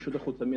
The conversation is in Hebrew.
לא צריך לציין,